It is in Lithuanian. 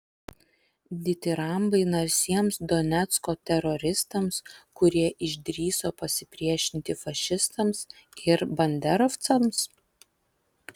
ditirambai narsiems donecko teroristams kurie išdrįso pasipriešinti fašistams ir banderovcams